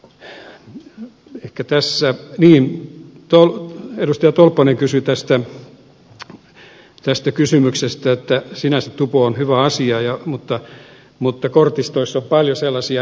on ehkä tässä viime talven edustaja tolppanen kysyi tästä kysymyksestä että sinänsä tupo on hyvä asia mutta kortistoissa on paljon sellaisia